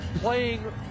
playing